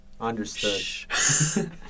Understood